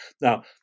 Now